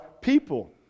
people